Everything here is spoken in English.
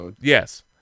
Yes